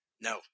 No